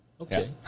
okay